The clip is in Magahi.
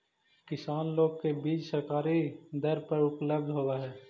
किसान लोग के बीज सरकारी दर पर उपलब्ध होवऽ हई